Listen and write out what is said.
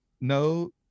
no